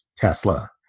Tesla